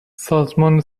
سازمان